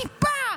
טיפה,